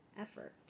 effort